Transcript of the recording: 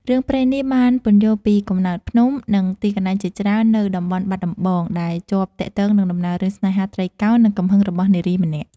រឿងព្រេងនេះបានពន្យល់ពីកំណើតភ្នំ និងទីកន្លែងជាច្រើននៅតំបន់បាត់ដំបង ដែលជាប់ទាក់ទងនឹងដំណើររឿងស្នេហាត្រីកោណ និងកំហឹងរបស់នារីម្នាក់។